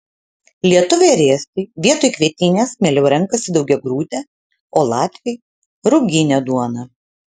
lietuviai ir estai vietoj kvietinės mieliau renkasi daugiagrūdę o latviai ruginę duoną